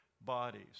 bodies